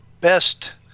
best